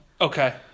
Okay